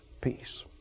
Peace